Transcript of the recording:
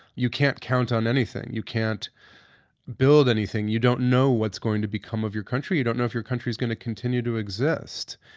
you can't count on anything. you can't build anything. you don't know what's going to become of your country. you don't know if your country is going to continue to exist,